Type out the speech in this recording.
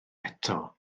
eto